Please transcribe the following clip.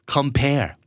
Compare